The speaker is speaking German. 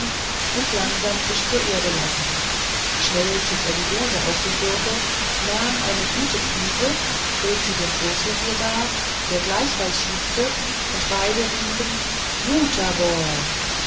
und langsam sich zur erde lassen schnell zog er die dose aus dem gürtel nahm eine gute prise bot sie dem großvezier dar der gleichfalls schnupfte und beide riefen